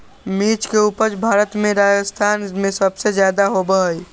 मिर्च के उपज भारत में राजस्थान में सबसे ज्यादा होबा हई